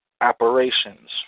operations